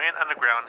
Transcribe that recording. Underground